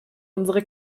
unsere